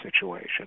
situation